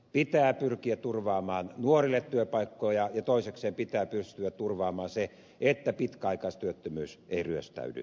pitää pyrkiä turvaamaan nuorille työpaikkoja ja toisekseen pitää pystyä turvaamaan se että pitkäaikaistyöttömyys ei ryöstäydy käsistä